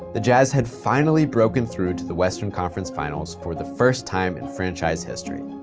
the jazz had finally broken through to the western conference finals for the first time in franchise history.